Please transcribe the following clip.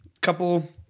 couple